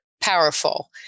powerful